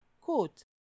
Quote